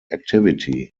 activity